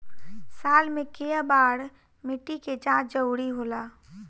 साल में केय बार मिट्टी के जाँच जरूरी होला?